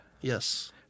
Yes